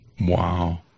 Wow